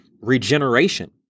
regeneration